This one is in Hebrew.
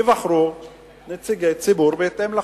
ייבחרו נציגי ציבור בהתאם לחוק.